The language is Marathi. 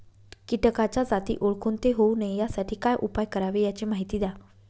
किटकाच्या जाती ओळखून ते होऊ नये यासाठी काय उपाय करावे याची माहिती द्या